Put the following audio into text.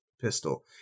pistol